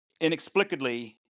inexplicably